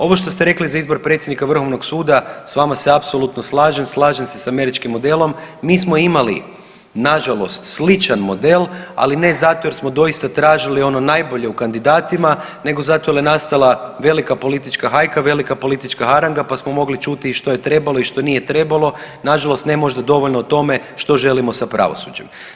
Ovo što ste rekli za izbor predsjednika Vrhovnog suda, a vama se apsolutno slažem, slažem se s američkim modelom, mi smo imali nažalost sličan model, ali ne zato jer smo doista tražili ono najbolje u kandidatima nego zato jer je nastala velika politička hajka, velika politička haranga pa smo mogli čuti i što je trebalo i što nije trebalo, nažalost ne možda dovoljno o tome, što želimo sa pravosuđem.